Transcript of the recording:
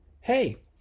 hey